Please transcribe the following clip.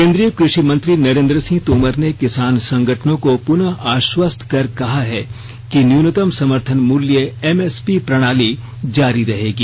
केंद्रीय कृषि मंत्री नरेंद्र सिंह तोमर ने किसान संगठनों को पुनः आश्वस्त कर कहा है कि न्यूनतम समर्थन मूल्य एमएसपी प्रणाली जारी रहेगी